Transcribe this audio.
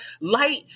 Light